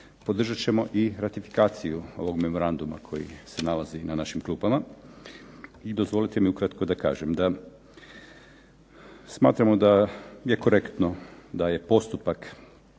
Podržat ćemo i ratifikaciju ovog memoranduma koji se nalazi na našim klupama. I dozvolite mi ukratko da kažem da smatramo da je korektno da je postupak